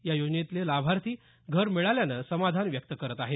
या योजनेतले लाभार्थी घर मिळाल्यानं समाधान व्यक्त करत आहेत